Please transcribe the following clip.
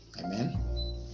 Amen